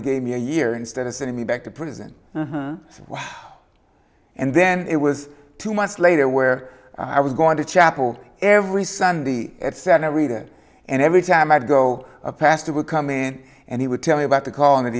he gave me a year instead of sending me back to prison and then it was two months later where i was going to chapel every sunday at seven i read it and every time i'd go a pastor would come in and he would tell me about the calling th